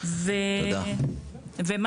ריכזנו